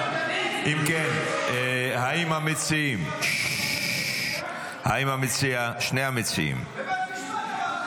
האם המציעים ------ האם שני המציעים,